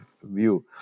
view